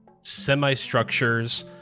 semi-structures